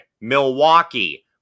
Milwaukee